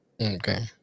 Okay